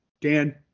Dan